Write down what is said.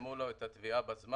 שישלמו לו את התביעה בזמן,